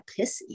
pissy